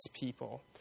people